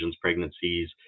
pregnancies